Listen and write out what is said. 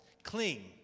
cling